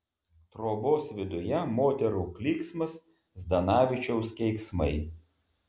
trobos viduje moterų klyksmas zdanavičiaus keiksmai